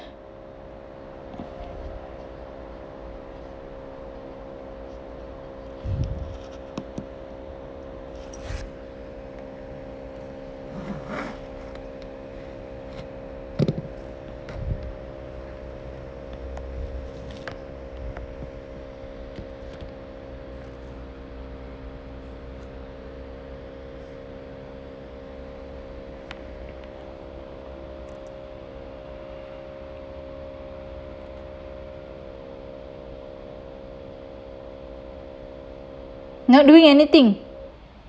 not doing anything